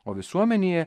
o visuomenėje